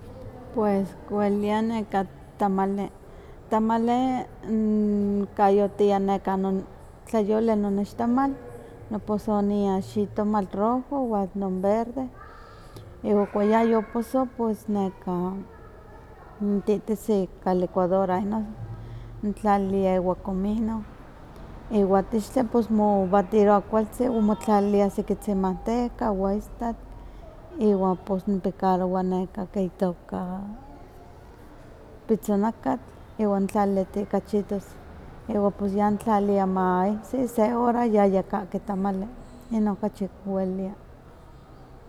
Pues kiwelilia neka tamali, tamali kayotiah nekan tlyoli no nextamal, noposoniah xitomatl rojo wan non verde, iwa ka yayoposonk pues neka ntihtisi kalicuadora inon, tlalia iwa comino, iwa tixtli pues mobatirowa kualzi o motlali sekitzi manteca wa istatl, iwa pos mopicarowa ka itoka pitzonakatl, iwan tlalilihti kachitos, iwa pues ya ntlalia maiksi se hora yayikahki tamales, ino kachi kwelilia.